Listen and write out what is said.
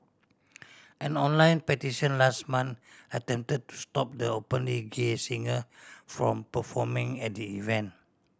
an online petition last month attempted to stop the openly gay singer from performing at the event